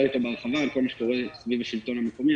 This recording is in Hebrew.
איתו בהרחבה על כל מה שקורה סביב השלטון המקומי.